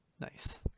Nice